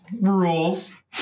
rules